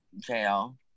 jail